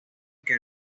que